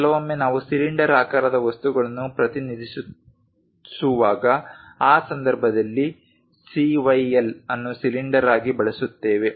ಕೆಲವೊಮ್ಮೆ ನಾವು ಸಿಲಿಂಡರ್ ಆಕಾರದ ವಸ್ತುಗಳನ್ನು ಪ್ರತಿನಿಧಿಸುವಾಗ ಆ ಸಂದರ್ಭದಲ್ಲಿ CYL ಅನ್ನು ಸಿಲಿಂಡರ್ಗಳಾಗಿ ಬಳಸುತ್ತೇವೆ